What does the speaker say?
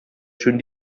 schön